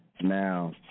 Now